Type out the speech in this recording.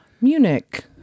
Munich